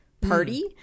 party